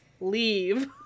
leave